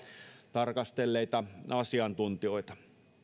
tarkastelleita asiantuntijoita